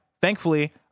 Thankfully